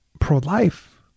pro-life